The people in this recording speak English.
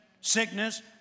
sickness